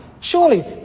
Surely